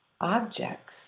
objects